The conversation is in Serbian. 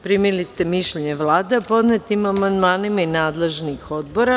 Primili ste mišljenje Vlade o podnetim amandmanima i nadležnih odbora.